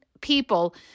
people